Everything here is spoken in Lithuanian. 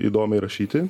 įdomiai rašyti